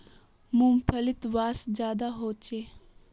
मूंग्फलीत वसा ज्यादा होचे